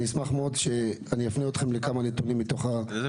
אני אשמח להפנות אותכם לכמה נתונים מתוכה.